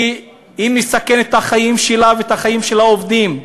כי היא מסכנת את החיים שלה ואת החיים של העובדים,